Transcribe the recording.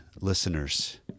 listeners